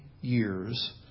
years